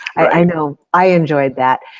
i know i enjoyed that.